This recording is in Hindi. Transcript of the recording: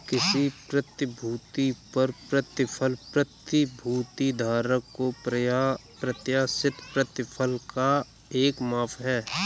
किसी प्रतिभूति पर प्रतिफल प्रतिभूति धारक को प्रत्याशित प्रतिफल का एक माप है